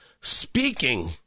Speaking